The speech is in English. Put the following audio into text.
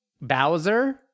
Bowser